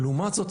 לעומת זאת,